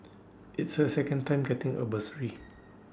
it's her second time getting A bursary